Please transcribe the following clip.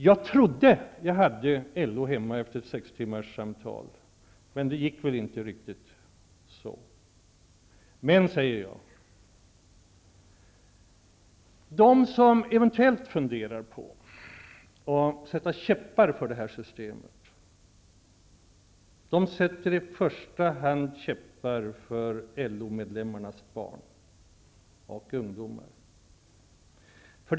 Jag trodde att jag hade LO hemma efter sex timmars samtal, men det gick inte riktigt så. Men det säger jag: de som eventuellt funderar på att sätta käppar i hjulet för det här systemet, de sätter i första hand käppar i hjulet för LO-medlemmarnas barn och ungdomar.